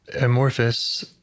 amorphous